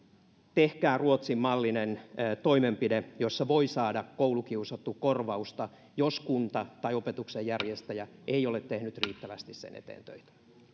tehkää ruotsin mallin mukainen toimenpide jossa voi saada koulukiusattu korvausta jos kunta tai opetuksen järjestäjä ei ole tehnyt riittävästi sen eteen töitä